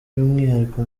by’umwihariko